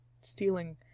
stealing